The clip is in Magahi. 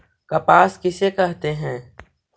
कपास किसे कहते हैं?